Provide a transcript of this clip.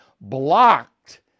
blocked